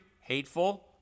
hateful